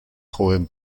joven